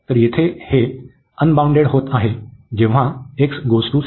तर येथे हे अनबाउंडेड होत आहे जेव्हा x → c